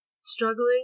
struggling